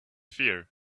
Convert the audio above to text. fear